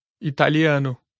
Italiano